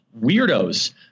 weirdos